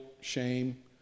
shame